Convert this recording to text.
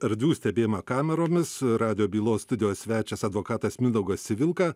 erdvių stebėjimą kameromis radijo bylos studijos svečias advokatas mindaugas civilka